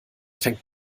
fängt